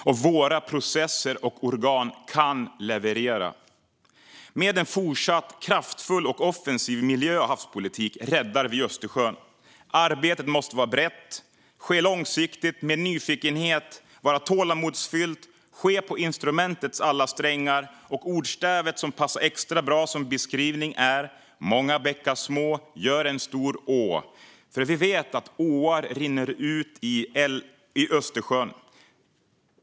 Och våra processer och organ kan leverera. Med en fortsatt kraftfull och offensiv miljö och havspolitik räddar vi Östersjön. Arbetet måste vara brett, ske långsiktigt med nyfikenhet, vara tålamodsfyllt och ske på instrumentets alla strängar. Och det ordstäv som passar extra bra som beskrivning är: Många bäckar små gör en stor å. För vi vet att åar rinner ut i Östersjön.